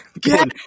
get